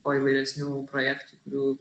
kuo įvairesnių projektų kurių